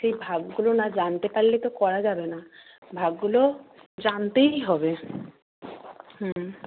সেই ভাগগুলো না জানতে পারলে তো করা যাবে না ভাগগুলো জানতেই হবে হুম